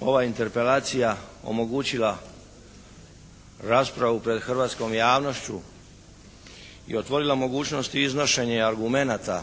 ova interpelacija omogućila raspravu pred hrvatskom javnošću i otvorila mogućnosti iznošenja argumenata